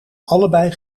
allebei